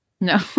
no